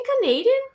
Canadian